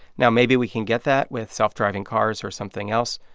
now, maybe we can get that with self-driving cars or something else,